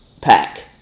Pack